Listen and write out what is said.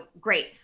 great